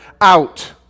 out